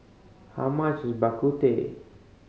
how much is Bak Kut Teh